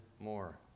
more